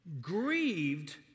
grieved